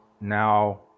now